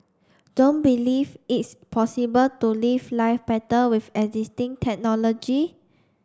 don't believe it's possible to live life better with existing technology